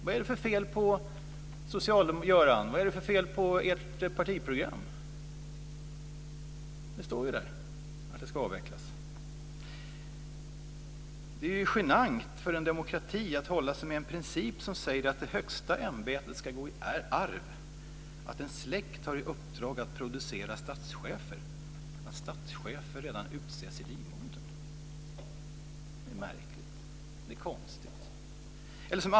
Vad är det för fel på Socialdemokraternas partiprogram, Göran Magnusson? Det står ju där att monarkin ska avvecklas. Det är genant för en demokrati att hålla sig med en princip som säger att det högsta ämbetet ska gå i arv, att en släkt har i uppdrag att producera statschefer och att statschefer utses redan i livmodern. Det är märkligt. Det är konstigt.